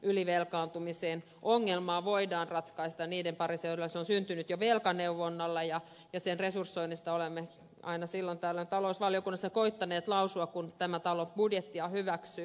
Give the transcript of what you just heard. ylivelkaantumisen ongelmaa voidaan ratkaista niiden parissa joille se on syntynyt jo velkaneuvonnalla ja sen resursoinnista olemme aina silloin tällöin talousvaliokunnassa koettaneet lausua kun tämä talo budjettia hyväksyy